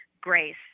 grace